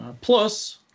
Plus